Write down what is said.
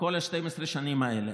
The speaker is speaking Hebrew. כל 12 השנים האלה.